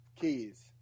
keys